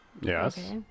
Yes